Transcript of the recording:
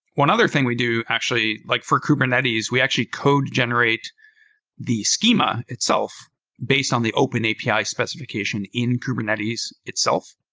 one other thing we do actually, like for kubernetes, we actually code generate the schema itself based on the open api specification in kubernetes itself,